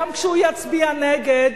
גם כשהוא יצביע נגד,